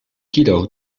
kilo